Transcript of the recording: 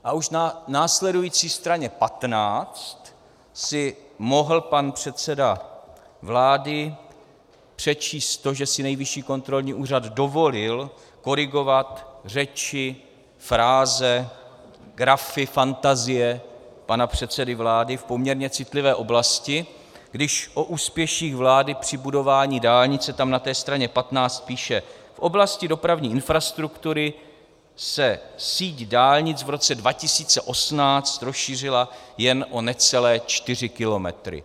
A už na následující straně 15 si mohl pan předseda vlády přečíst to, že si Nejvyššího kontrolní úřad dovolil korigovat řeči, fráze, grafy, fantazie pana předsedy vlády v poměrně citlivé oblasti, když o úspěších vlády při budování dálnice tam na té straně 15 píše: V oblasti dopravní infrastruktury se síť dálnic v roce 2018 rozšířila jen o necelé čtyři kilometry.